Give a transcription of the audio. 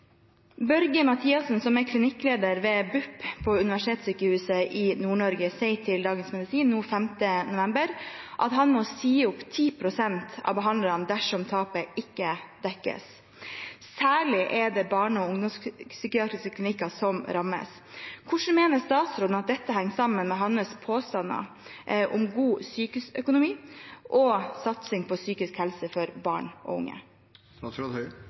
Børge Mathiassen, som er klinikkleder ved BUP Universitetssykehuset Nord-Norge, sier til Dagens Medisin 5. november at han «må si opp ti prosent av behandlerne dersom tapet ikke dekkes». Særlig er det barne- og ungdomspsykiatriske klinikker som rammes. Hvordan mener statsråden dette henger sammen med hans påstander om god sykehusøkonomi og satsing på psykisk helse for barn og